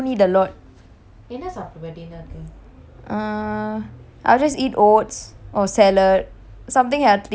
err I'll just eat oats or salad something healthy lah cause I need to be on diet now how about you